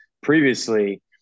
previously